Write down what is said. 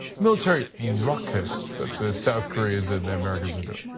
military ruckus that the south koreans and americans are doing.